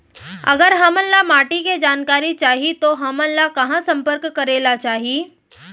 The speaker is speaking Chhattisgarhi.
अगर हमन ला माटी के जानकारी चाही तो हमन ला कहाँ संपर्क करे ला चाही?